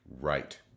Right